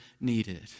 needed